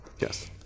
Yes